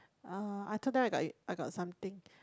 uh I told them I got I got something